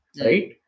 right